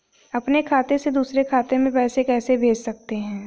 अपने खाते से दूसरे खाते में पैसे कैसे भेज सकते हैं?